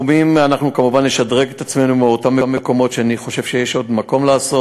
אנחנו כמובן נשדרג את עצמנו באותם מקומות שאני חושב שיש עוד מקום לעשות.